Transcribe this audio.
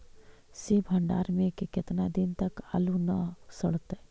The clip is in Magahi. सित भंडार में के केतना दिन तक आलू न सड़तै?